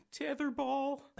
tetherball